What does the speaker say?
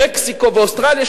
למקסיקו ואוסטרליה,